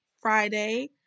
Friday